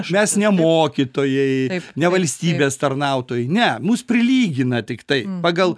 mes ne mokytojai ne valstybės tarnautojai ne mus prilygina tiktai pagal